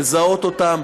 לזהות אותם,